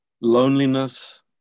loneliness